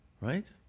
Right